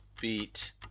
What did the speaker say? beat